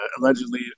allegedly